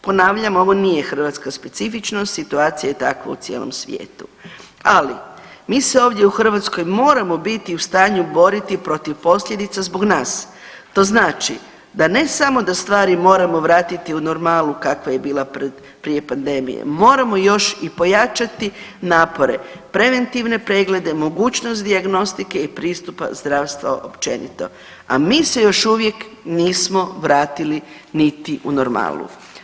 Ponavljam, ovo nije hrvatska specifičnost situacija je takva u cijelom svijetu, ali mi se ovdje u Hrvatskoj moramo biti u stanju boriti protiv posljedica zbog nas, to znači da ne samo da stvari moramo vratiti u normalu kakva je bila prije pandemije, moramo još i pojačati napore, preventivne preglede, mogućnost dijagnostike i pristupa zdravstva općenito, a mi se još uvijek nismo vratiti niti u normalu.